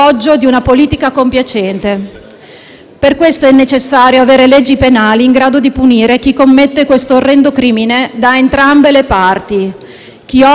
Per questo è necessario avere leggi penali in grado di punire chi commette questo orrendo crimine da entrambe le parti: chi offre e chi accetta lo scambio.